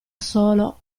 solo